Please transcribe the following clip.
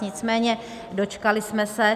Nicméně dočkali jsme se.